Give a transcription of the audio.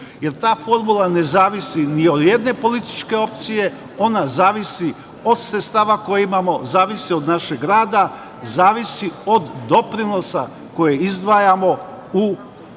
jer ta formula ne zavisi ni od jedne političke opcije, ona zavisi od sredstava koje imamo, zavisi od našeg rada, zavisi od doprinosa koje izdvajamo u